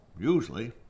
Usually